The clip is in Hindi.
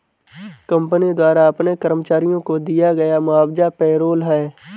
कंपनी द्वारा अपने कर्मचारियों को दिया गया मुआवजा पेरोल है